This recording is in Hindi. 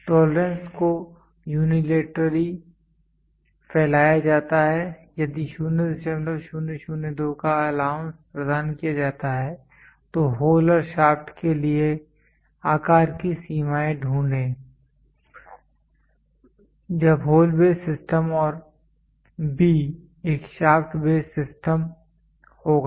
टोलरेंस को यूनिलैटरली फैलाया जाता है यदि 0002 का अलाउंस प्रदान किया जाता है तो होल और शाफ्ट के लिए आकार की सीमाएं ढूंढें जब होल बेस सिस्टम और b एक शाफ्ट बेस सिस्टम होगा